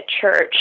church